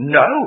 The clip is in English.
no